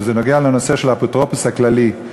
זה נוגע לנושא של האפוטרופוס הכללי.